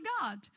God